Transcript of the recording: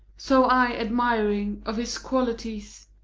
so i, admiring of his qualities.